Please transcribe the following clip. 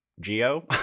geo